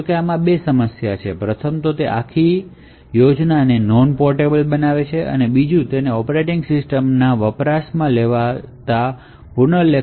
જો કે આમાં બે સમસ્યાઓ છે પ્રથમ તે આખી યોજનાને નોન પોર્ટેબલ બનાવે છે અને બીજું તેને ઑપરેટિંગ સિસ્ટમને ફરી લખવી પડે